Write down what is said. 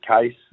case